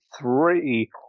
three